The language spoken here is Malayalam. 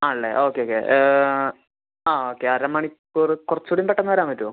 ആണല്ലേ ഓക്കെ ഓക്കെ ആ ഓക്കെ അര മണിക്കൂറ് കുറച്ചൂടീം പെട്ടെന്ന് വരാൻ പറ്റോ